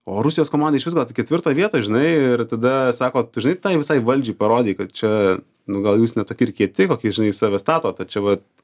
o rusijos komanda išvis gal ketvirtą vietą žinai ir tada sako tu žinai tai visai valdžiai parodei kad čia nu gal jūs ne tokie ir kieti kokiais žinai save statot čia vat